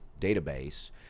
database